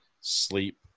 sleep